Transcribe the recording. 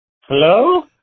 Hello